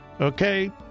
Okay